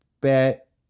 bet